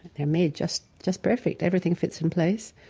they're made just just perfect. everything fits in place